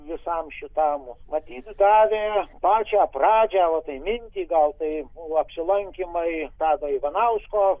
visam šitam matyt davė pačią pradžią va tai mintį gal tai apsilankymai tado ivanausko